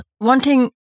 wanting